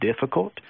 difficult